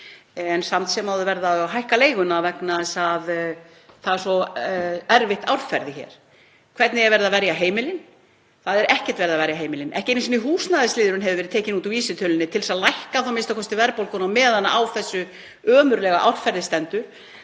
en samt sem áður verða þau að hækka leiguna vegna þess að það er svo erfitt árferði hér. Hvernig er verið að verja heimilin? Það er ekkert verið að verja heimilin, ekki einu sinni húsnæðisliðurinn hefur verið tekinn út úr vísitölunni til þess að lækka þá a.m.k. verðbólguna meðan á þessu ömurlega árferði stendur.